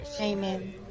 Amen